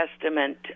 Testament